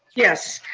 yes.